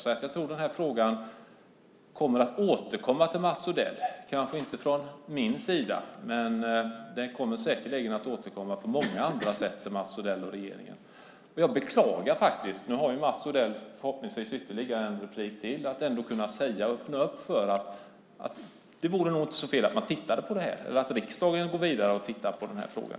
Jag tror att den här frågan kommer att återkomma till Mats Odell, kanske inte från min sida, men den kommer säkerligen att återkomma på många andra sätt till Mats Odell och regeringen. Jag hoppas att Mats Odell, som förhoppningsvis har ett inlägg till, kan öppna för att titta på det här. Det vore inte så dumt. Eller riksdagen kunde gå vidare och titta på frågan.